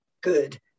good